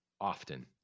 often